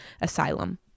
asylum